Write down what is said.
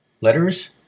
Letters